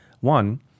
One